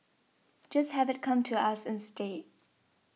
just have it come to us instead